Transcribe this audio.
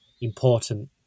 important